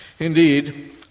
Indeed